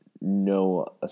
no